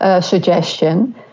suggestion